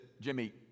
Jimmy